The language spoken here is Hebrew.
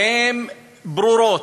והן ברורות,